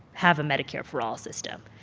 have a medicare for all system.